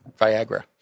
Viagra